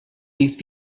these